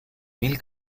mil